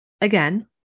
again